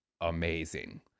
amazing